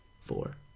Four